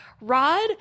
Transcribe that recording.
Rod